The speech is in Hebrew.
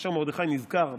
כאשר מרדכי נזכר ברשימה,